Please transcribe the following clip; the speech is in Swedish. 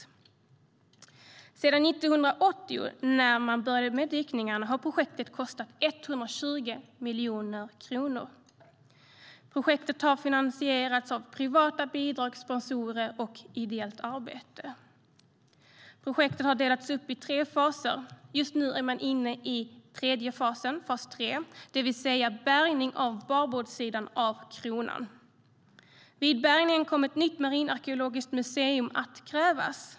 Projektet har, sedan man 1980 började med dykningarna, kostat 120 miljoner kronor. Projektet har finansierats av privata bidrag, sponsorer och ideellt arbete. Projektet har delats upp i tre faser. Just nu är man inne i tredje fasen, det vill säga bärgning av babordssidan av Kronan. Vid bärgningen kommer ett nytt marinarkeologiskt museum att krävas.